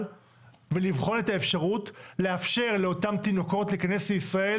ולבחון את האפשרות לאפשר לאותם תינוקות להיכנס לישראל